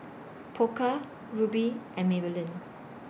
Pokka Rubi and Maybelline